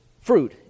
fruit